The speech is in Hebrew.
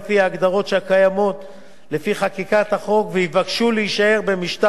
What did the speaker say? לפני חקיקת החוק ויבקשו להישאר במשטר של נוסחת השילוב הקודמת.